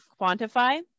quantify